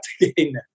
again